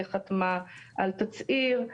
פונדקאית חתמה על תצהיר.